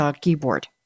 keyboard